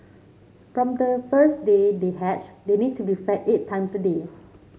from the first day they hatch they need to be fed eight times a day